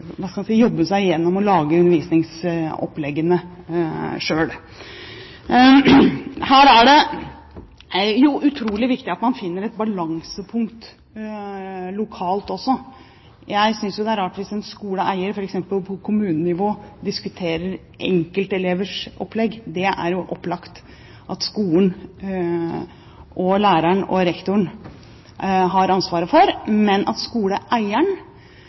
jobbe seg igjennom dette og lage undervisningsoppleggene selv. Her er det utrolig viktig at man finner et balansepunkt også lokalt. Jeg syns jo det er rart hvis en skoleeier f.eks. på kommunenivå diskuterer enkeltelevers opplegg. Det er opplagt at skolen, læreren og rektoren har ansvaret for det. Men at skoleeieren